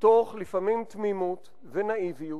לפעמים מתוך תמימות ונאיביות